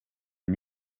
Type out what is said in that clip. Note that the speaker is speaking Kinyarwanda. com